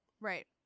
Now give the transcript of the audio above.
Right